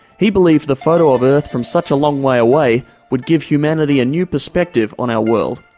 he believed the photo of earth from such a long way away would give humanity a new perspective on our world.